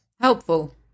Helpful